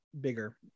Bigger